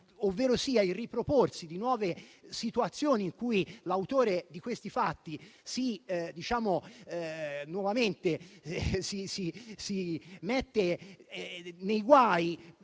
ovvero il riproporsi di nuove situazioni in cui l'autore dei fatti si mette nuovamente